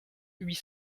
huit